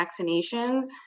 vaccinations